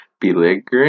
belligerent